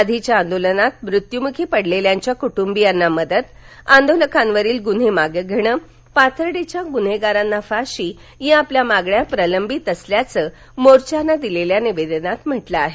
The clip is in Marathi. आधीच्या आंदोलनात मृत्यूमुखी पडलेल्यांच्या कुटुंबियांना मदत आंदोलकांवरील गुन्हे मागे घेणं पाथर्डीच्या गुन्हेगारांना फाशी या आपल्या मागण्या प्रलंबित असल्याचं मोर्चानं दिलेल्या निवेदनात म्हटलं आहे